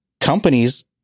companies